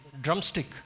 drumstick